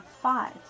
Five